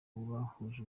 bahuje